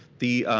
the